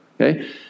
Okay